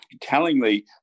Tellingly